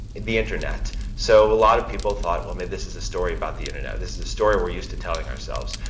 the internet. so a lot of people thought well maybe this is a story about the internet. this is a story we are used to telling ourselves.